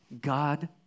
God